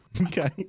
Okay